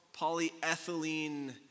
polyethylene